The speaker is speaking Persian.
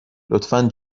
لطفا